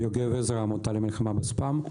אני מהעמותה למלחמה בספאם.